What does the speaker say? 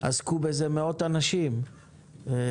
עסקו בזה מאות אנשים ברפורמה,